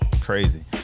Crazy